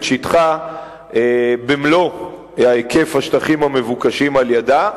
שטחה במלוא היקף השטחים המבוקשים על-ידה.